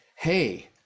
hey